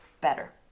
better